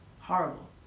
horrible